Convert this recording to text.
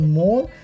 more